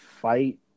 fight